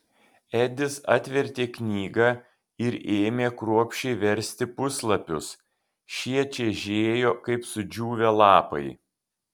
edis atvertė knygą ir ėmė kruopščiai versti puslapius šie čežėjo kaip sudžiūvę lapai